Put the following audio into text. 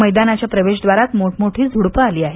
मैदानाच्या प्रवेशद्वारात मोठ मोठी झुडपं आली आहेत